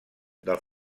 del